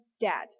dad